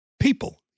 people